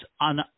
on